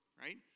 right